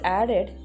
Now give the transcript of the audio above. added